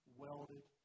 welded